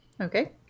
Okay